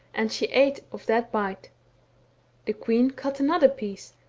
and she ate of that bite the queen cut another piece,